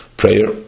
prayer